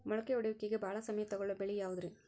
ಮೊಳಕೆ ಒಡೆಯುವಿಕೆಗೆ ಭಾಳ ಸಮಯ ತೊಗೊಳ್ಳೋ ಬೆಳೆ ಯಾವುದ್ರೇ?